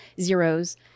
zeros